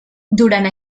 durant